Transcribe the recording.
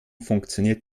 funktioniert